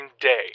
day